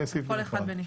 הקורונה.